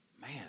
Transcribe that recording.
Man